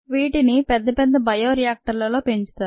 వీటిని పెద్ద పెద్ద బయో రియాక్టర్లలో పెంచుతారు